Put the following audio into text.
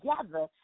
together